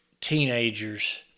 teenagers